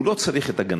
הוא לא צריך את הגנתי,